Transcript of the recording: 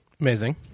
amazing